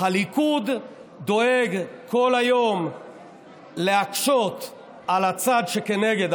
הליכוד דואג כל היום להקשות על הצד שכנגד,